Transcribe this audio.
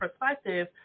perspective